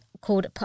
called